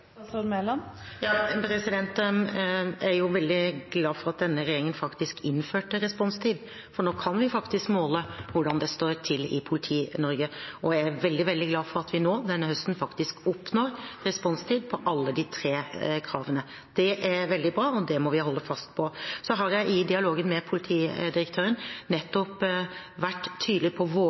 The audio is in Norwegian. Jeg er jo veldig glad for at denne regjeringen faktisk innførte responstid, for nå kan vi faktisk måle hvordan det står til i Politi-Norge. Og jeg er veldig, veldig glad for at vi nå, denne høsten, faktisk oppnår responstid på alle de tre kravene. Det er veldig bra, og det må vi holde fast på. Så har jeg i dialogen med politidirektøren vært tydelig på